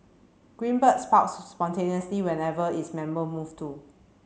green Bird sprouts spontaneously wherever its members move to